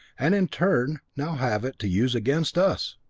and in turn, now have it to use against us!